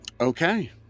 Okay